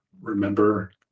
remember